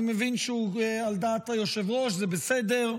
אני מבין שהוא על דעת היושב-ראש, זה בסדר.